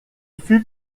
fut